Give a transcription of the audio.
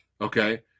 Okay